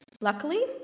Luckily